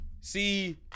see